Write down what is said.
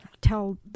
tell